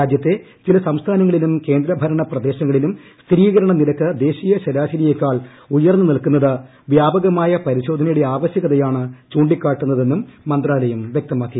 രാജ്യത്തെ ചില സംസ്ഥാനങ്ങളിലും കേന്ദ്രഭരണ പ്രദേശങ്ങളിലും സ്ഥിരീകരണ നിരക്ക് ദേശീയ ശരാശരിയെക്കാൾ ഉയർന്നു നിൽക്കുന്നത് വ്യാപകമായ പരിശോധനയുടെ ആവശ്യകതയാണ് ചൂണ്ടിക്കാട്ടുന്നത് എന്നും മന്ത്രാലയം വ്യക്തമാക്കി